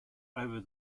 over